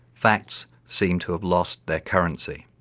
facts seem to have lost their currency.